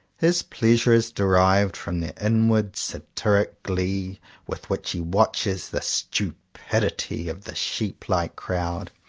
his pleasure is derived from the inward satiric glee with which he watches the stupidity of the sheep-like crowd,